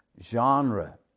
genre